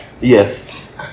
Yes